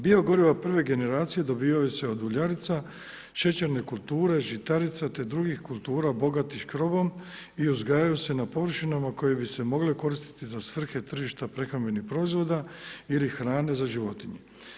Bio goriva prve generacije dobivaju se od uljarica, šećerne kulture, žitarica te drugih kultura bogatih škrobom i uzgajaju se na površinama koje bi se mogle koristiti za svrhe tržišta prehrambenih proizvoda ili hrane za životinje.